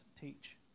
teach